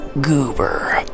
goober